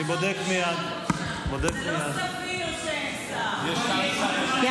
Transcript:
אין שרים במליאה.